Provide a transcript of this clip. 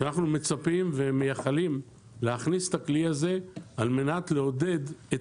אנחנו מצפים ומייחלים להכניס את הכלי הזה על מנת לעודד את